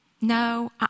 no